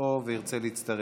בכיסאו וירצה להצטרף.